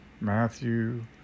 Matthew